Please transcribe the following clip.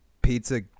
pizza